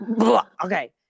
Okay